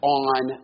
on